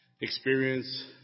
experience